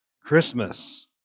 Christmas